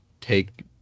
take